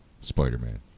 Spider-Man